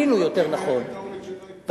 יותר נכון פנינו,